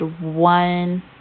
one